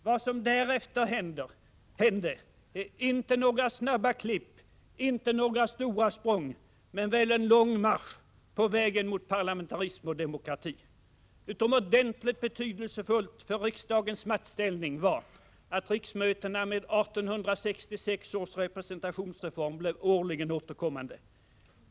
Vad som därefter hände är inte några snabba klipp, inte några stora språng, men väl en lång marsch på vägen mot parlamentarism och demokrati. Utomordentligt betydelsefullt för riksdagens maktställning var att riksmötena med 1866 års representationsreform blev årligen återkommande.